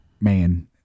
man